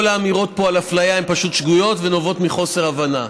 כל האמירות פה על אפליה הן פשוט שגויות ונובעות מחוסר הבנה.